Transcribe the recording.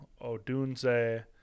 Odunze